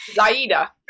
Zaida